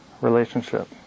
relationship